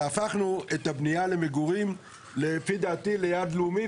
והפכנו את הבנייה למגורים לפי דעתי ליעד לאומי.